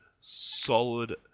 solid